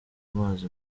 amazi